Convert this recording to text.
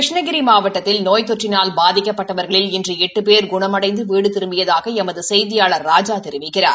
கிருஷ்ணகிரி மவாட்டதில் நோய் தொற்றினால் பாதிக்கப்பட்டவர்களில் இன்று எட்டு பேர் குணமடைந்து வீடு திரும்பியதாக எமது செய்தியாளர் தெரிவிக்கிறார்